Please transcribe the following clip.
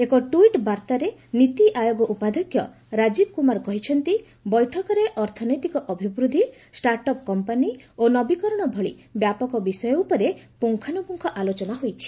ଏକ ଟ୍ୱିଟ୍ ବାର୍ଭାରେ ନୀତିଆୟୋଗ ଉପାଧ୍ୟକ୍ଷ ରାଜୀବ କୁମାର କହିଛନ୍ତି ବୈଠକରେ ଅର୍ଥନୈତିକ ଅଭିବୃଦ୍ଧି ଷ୍ଟାର୍ଟ ଅପ୍ କମ୍ପାନୀ ଓ ନବୀକରଣ ଭଳି ବ୍ୟାପକ ବିଷୟ ଉପରେ ପୁଙ୍ଗାନୁପୁଙ୍ଗ ଆଲୋଚନା ହୋଇଛି